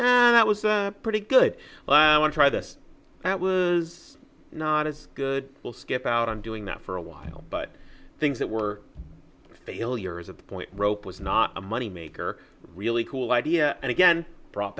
that was a pretty good one try this that was not as good will skip out on doing that for a while but things that were failures at the point rope was not a money maker really cool idea and again brought